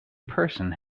person